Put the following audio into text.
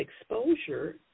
exposure